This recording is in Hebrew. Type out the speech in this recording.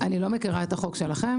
אני לא מכירה את החוק שלכם.